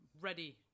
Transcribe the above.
ready